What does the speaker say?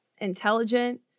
intelligent